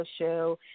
Show